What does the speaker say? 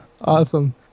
Awesome